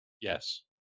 Yes